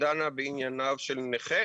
שדנה בענייניו של נכה.